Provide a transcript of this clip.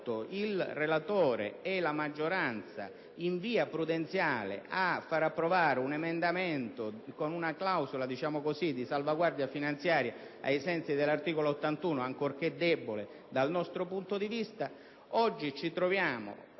il relatore e la maggioranza in via prudenziale a far approvare un emendamento con una clausola - chiamiamola in questo modo - di salvaguardia finanziaria ai sensi dell'articolo 81, ancorché debole dal nostro punto di vista.